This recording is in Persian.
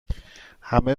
همه